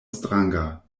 stranga